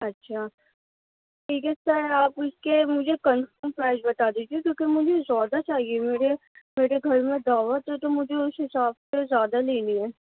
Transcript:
اچھا ٹھیک ہے سر آپ اس کے مجھے کنفرم پرائز بتا دیجیے کیونکہ مجھے زیادہ چاہیے میرے میرے گھر میں دعوت ہے تو مجھے اس حساب سے زیادہ لینی ہے